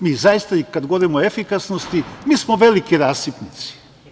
Mi zaista i kada govorimo o efikasnosti, mi smo veliki rasipnici.